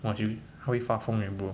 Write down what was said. !wah! she 他会发疯 eh bro